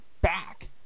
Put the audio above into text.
back